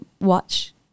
watch